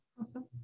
Awesome